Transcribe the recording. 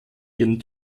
ihren